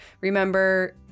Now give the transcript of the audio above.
remember